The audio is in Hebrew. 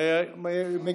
אמרת או לא אמרת,